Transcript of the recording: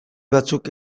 batzuk